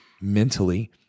mentally